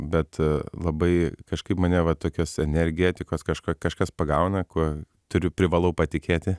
bet labai kažkaip mane va tokios energetikos kažką kažkas pagauna kuo turiu privalau patikėti